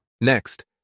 Next